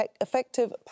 Effective